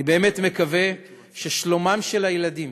אני באמת מקווה ששלומם של הילדים